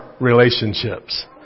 relationships